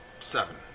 Seven